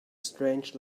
strange